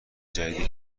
جدیدیه